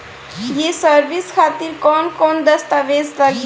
ये सर्विस खातिर कौन कौन दस्तावेज लगी?